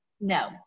no